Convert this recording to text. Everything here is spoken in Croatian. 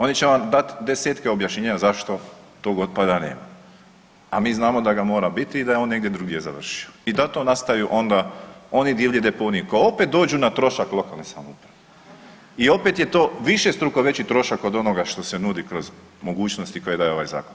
Oni će vam dat 10-tke objašnjenja zašto tog otpada nema, a mi znamo da ga mora biti i da je on negdje drugdje završio i da to nastaju onda oni divlji deponiji koji opet dođu na trošak lokalne samouprave i opet je to višestruko veći trošak od onoga što se nudi kroz mogućnosti koje daje ovaj zakon.